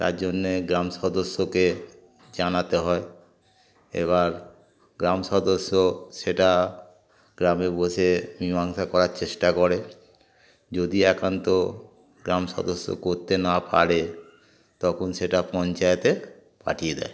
তার জন্যে গ্রাম সদস্যকে জানাতে হয় এবার গ্রাম সদস্য সেটা গ্রামে বসে মীমাংসা করার চেষ্টা করে যদি একান্ত গ্রাম সদস্য করতে না পারে তখন সেটা পঞ্চায়েতে পাঠিয়ে দেয়